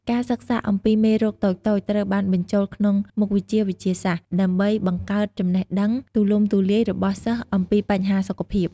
ការសិក្សាអំពីមេរោគតូចៗ ត្រូវបានបញ្ចូលក្នុងមុខវិជ្ជាវិទ្យាសាស្ត្រ ដើម្បីបង្កើតចំណេះដឹងទូលំទូលាយរបស់សិស្សអំពីបញ្ហាសុខភាព។